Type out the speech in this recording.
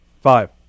Five